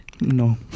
No